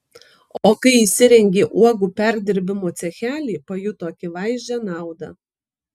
o kai įsirengė uogų perdirbimo cechelį pajuto akivaizdžią naudą